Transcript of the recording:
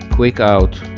quick out.